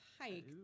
hike